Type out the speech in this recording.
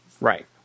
Right